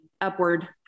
upward